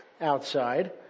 outside